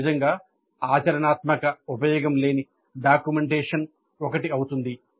ఇది నిజంగా ఆచరణాత్మక ఉపయోగం లేని డాక్యుమెంటేషన్ ఒకటి అవుతుంది